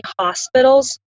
hospitals